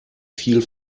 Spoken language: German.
viel